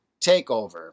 takeover